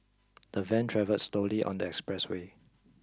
the van travelled slowly on the expressway